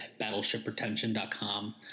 battleshipretention.com